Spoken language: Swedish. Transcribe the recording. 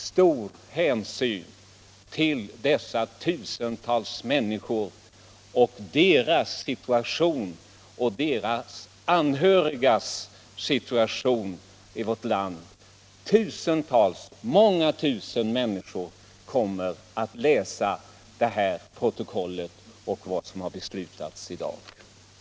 Stor hänsyn måste då tas till den situation i vilken tusentals Nr 36 människor i vårt land och deras anhöriga befinner sig. Många tusen män Onsdagen den niskor kommer att läsa det här protokollet och se vad som har beslutats 1 december 1976